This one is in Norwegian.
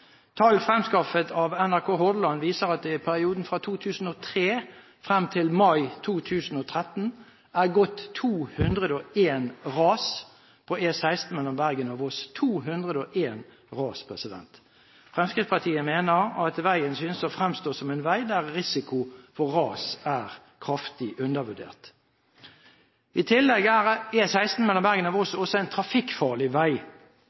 Tall fremskaffet av NRK Hordaland viser at det i perioden fra 2003 til mai 2013 er gått 201 ras på E16 mellom Bergen og Voss – 201 ras! Fremskrittspartiet mener at veien synes å fremstå som en vei der risiko for ras er kraftig undervurdert. I tillegg er E16 mellom Bergen og Voss en trafikkfarlig vei.